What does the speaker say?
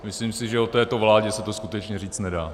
Myslím si, že o této vládě se to skutečně říct nedá.